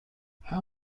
how